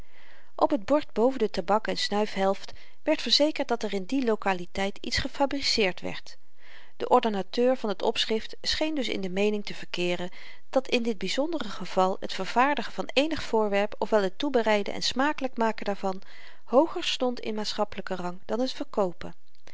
op het bord boven de tabak en snuifhelft werd verzekerd dat er in die lokaliteit iets gefabriceerd werd de ordonnateur van t opschrift scheen dus in de meening te verkeeren dat in dit byzonder geval het vervaardigen van eenig voorwerp of wel het toebereiden en smakelyk maken daarvan hooger stond in maatschappelyken rang dan t verkoopen